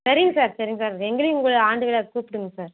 சரிங்க சார் சரிங்க சார் எங்களையும் உங்கள் ஆண்டு விழாவுக்கு கூப்பிடுங்க சார்